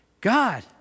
God